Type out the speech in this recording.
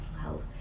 health